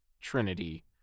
Trinity